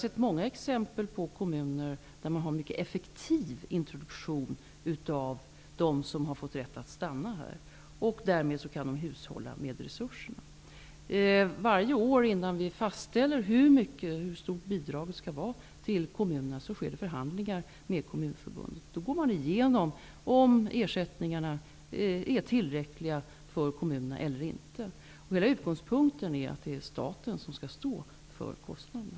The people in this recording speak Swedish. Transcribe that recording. Det finns många exempel på kommuner där man har en mycket effektiv introduktion av dem som har fått rätt att stanna här i landet. Därmed kan de hushålla med resurser. Varje år när det fastställs hur stort bidraget till kommunerna skall vara sker det förhandlingar med Kommunförbundet under vilka man går igenom huruvida ersättningarna till kommunerna är tillräckliga eller inte. Utgångspunkten är dock att det är staten som skall stå för kostnaden.